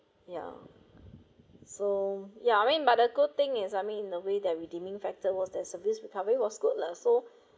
ya so ya I mean medical thing is I mean in a way that redeeming factor was the service recovery was good lah so